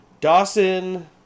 Dawson